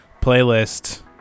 playlist-